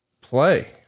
play